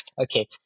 Okay